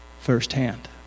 firsthand